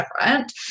different